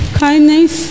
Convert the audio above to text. kindness